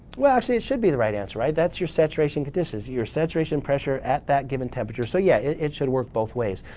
well, actually, it should be the right answer, right? that's your saturation conditions. your saturation pressure at that given temperature. so, yeah, it it should work both ways.